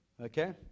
okay